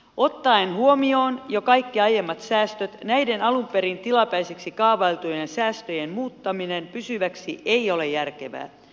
ottaen huomioon jo kaikki aiemmat säästöt näiden alun perin tilapäiseksi kaavailtujen säästöjen muuttaminen pysyväksi ei ole järkevää